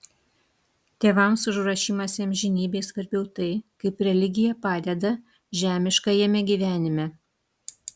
tėvams už ruošimąsi amžinybei svarbiau tai kaip religija padeda žemiškajame gyvenime